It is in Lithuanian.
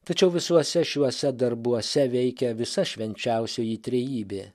tačiau visuose šiuose darbuose veikia visa švenčiausioji trejybė